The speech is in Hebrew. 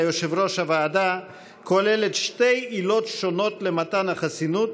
יושב-ראש הוועדה כוללת שתי עילות שונות למתן החסינות,